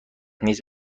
نیز